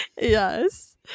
Yes